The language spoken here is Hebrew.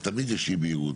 אז תמיד יש אי בהירות.